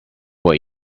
what